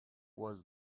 was